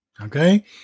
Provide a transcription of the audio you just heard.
Okay